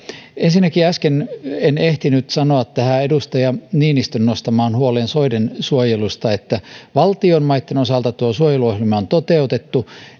ensinnäkin äsken en ehtinyt sanoa tähän edustaja niinistön nostamaan huoleen liittyen soiden suojelusta valtion maitten osalta tuo suojeluohjelma on toteutettu